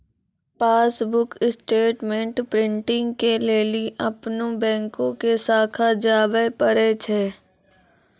passbook statement printing के लेली अपनो बैंको के शाखा जाबे परै छै